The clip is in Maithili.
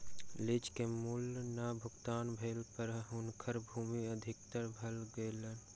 लीज के मूल्य नै भुगतान भेला पर हुनकर भूमि अधिकृत भ गेलैन